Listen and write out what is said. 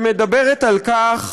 שמדברת על כך